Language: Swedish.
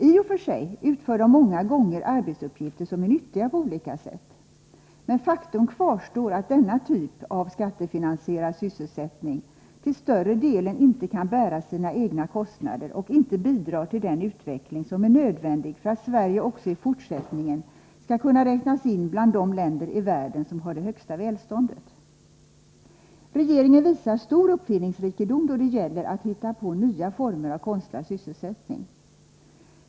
I och för sig utför de många gånger arbetsuppgifter som är nyttiga på olika sätt, men faktum kvarstår att denna typ av skattefinansierad sysselsättning till större delen inte kan bära sina egna kostnader och inte bidrar till den utveckling som är nödvändig för att Sverige också i fortsättningen skall kunna räknas in bland de länder i världen som har det största välståndet. Regeringen visar stor uppfinningsrikedom då det gäller att hitta på nya former av konstlad sysselsättning.